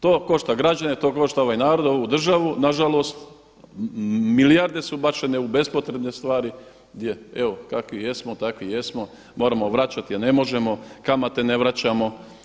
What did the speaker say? To košta građane, to košta ovaj narod, ovu državu nažalost, milijarde su bačene u bespotrebne stvari gdje evo kakvi jesmo takvi jesmo, moramo vraćati, a ne možemo, kamate ne vraćamo.